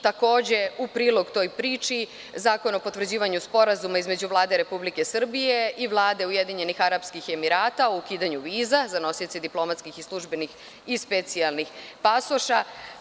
Takođe, u prilog toj priči, Zakon o potvrđivanju Sporazuma između Vlade Republike Srbije i Vlade Ujedinjenih Arapskih Emirata o ukidanju viza za nosioce diplomatskih i službenih i specijalnih pasoša.